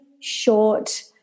short